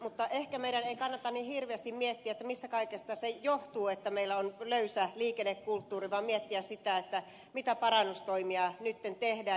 mutta ehkä meidän ei kannata niin hirveästi miettiä mistä kaikesta se johtuu että meillä on löysä liikennekulttuuri vaan kannattaa miettiä sitä mitä parannustoimia nyt tehdään